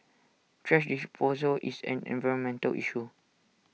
thrash disposal is an environmental issue